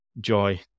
joy